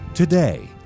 Today